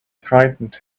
frightened